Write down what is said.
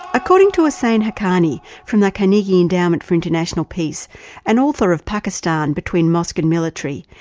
according to hussain haqqani from the carnegie endowment for international peace and author of pakistan between mosque and military,